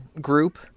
group